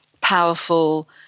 powerful